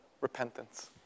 repentance